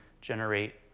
generate